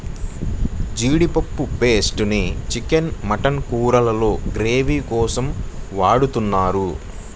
జీడిపప్పు పేస్ట్ ని chicken, mutton కూరల్లో గ్రేవీ కోసం వాడుతున్నారు